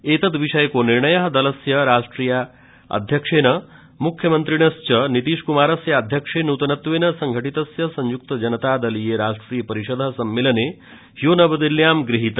एतद् विषयको निर्णयः दलस्य राष्ट्रियाध्यक्षस्य मुख्यमन्त्रिणथ नीतीश कुमारस्य आध्यक्ष्ये नुतनत्वेन संघटितस्य संयुक्त जनता दलीय राष्ट्रिय परिषदः सम्मेलने द्वाे नवदिल्ल्यां गृहीतः